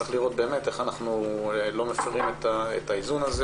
צריך לראות איך אנחנו לא מפירים את האיזון הזה